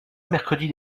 mercredi